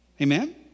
Amen